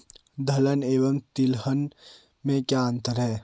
दलहन एवं तिलहन में क्या अंतर है?